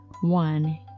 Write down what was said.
one